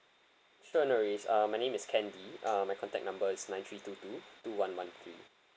sure no worries uh my name is ken lee uh my contact number is nine three two two two one one three